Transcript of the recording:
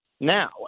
now